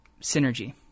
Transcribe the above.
synergy